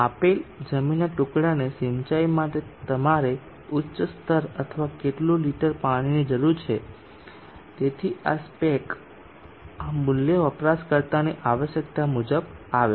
આપેલ જમીનના ટુકડાને સિંચાઈ માટે તમારે ઉચ્ચ સ્તર અથવા કેટલું લિટર પાણીની જરૂર છે તેથી આ સ્પેક આ મૂલ્ય વપરાશકર્તાની આવશ્યકતા મુજબ આવે છે